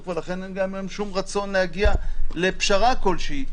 ולכן גם אין שום רצון להגיע לפשרה כלשהי.